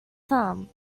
some